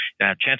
chances